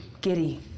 giddy